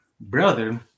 brother